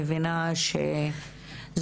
שברגע שזה ברשת,